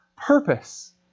Purpose